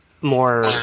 more